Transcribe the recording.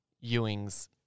Ewing's